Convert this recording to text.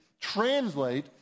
translate